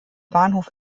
bahnhof